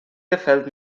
gefällt